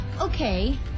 Okay